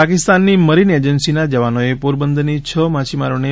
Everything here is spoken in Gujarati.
પાકિસ્તાનની મરીન એજન્સીના જવાનોએ પોરબંદરની છ માછીમારોને